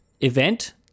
event